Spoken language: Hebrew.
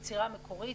ביצירה מקורית,